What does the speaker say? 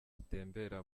atembera